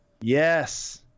yes